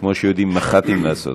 כמו שיודעים מח"טים לעשות.